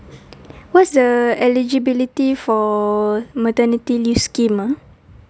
what's the eligibility for maternity leave scheme ah